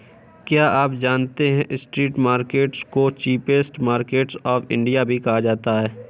क्या आप जानते है स्ट्रीट मार्केट्स को चीपेस्ट मार्केट्स ऑफ इंडिया भी कहते है?